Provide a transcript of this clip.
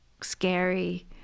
scary